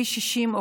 כביש 60,